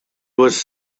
was